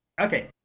okay